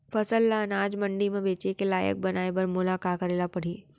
फसल ल अनाज मंडी म बेचे के लायक बनाय बर मोला का करे ल परही?